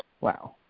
Wow